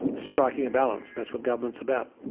striking a balance, that's what government's about.